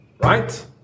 right